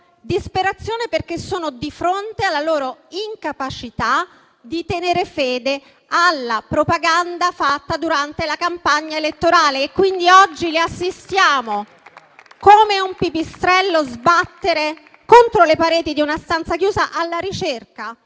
disperazione perché sono di fronte alla loro incapacità di tenere fede alla propaganda fatta durante la campagna elettorale. Oggi assistiamo, come fa un pipistrello che sbatte contro le pareti di una stanza chiusa, alla ricerca